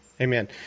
Amen